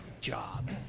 job